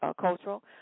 cultural